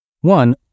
One